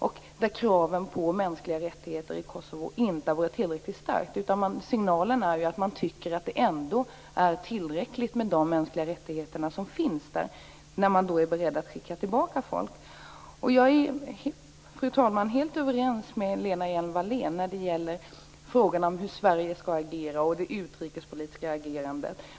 Kraven på mänskliga rättigheter i Kosovo har inte har varit tillräckligt starka, utan signalen är att man tycker att det ändå är tillräckligt med de mänskliga rättigheter som finns där, när man är beredd att skicka tillbaka folk. Fru talman! Jag är helt överens med Lena Hjelm Wallén i frågan om hur Sverige skall agera och det utrikespolitiska agerandet.